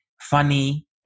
funny